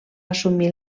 assumir